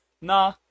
Nah